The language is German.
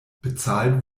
bezahlt